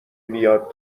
میاد